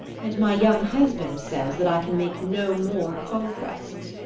and my young husband says that i can make no more conquests.